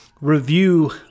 review